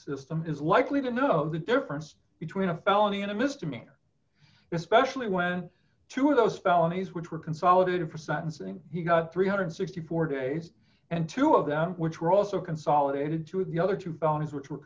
system is likely to know the difference between a felony and a misdemeanor especially when two of those felonies which were consolidated for sensing he got three hundred and sixty four dollars days and two of them which were also consolidated to the other two felonies which were